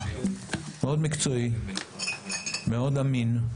מאוד אמין,